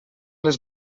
les